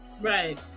Right